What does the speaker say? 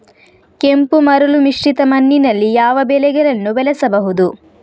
ಕೆಂಪು ಮರಳು ಮಿಶ್ರಿತ ಮಣ್ಣಿನಲ್ಲಿ ಯಾವ ಬೆಳೆಗಳನ್ನು ಬೆಳೆಸಬಹುದು?